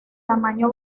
tamaño